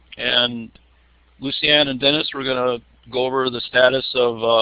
and lucianne and dennis are going to go over the status of